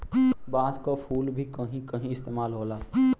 बांस क फुल क भी कहीं कहीं इस्तेमाल होला